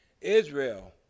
Israel